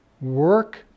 Work